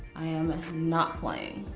i am and not playing.